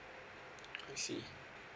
I see